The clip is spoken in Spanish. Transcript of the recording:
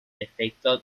efecto